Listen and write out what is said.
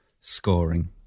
scoring